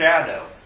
shadow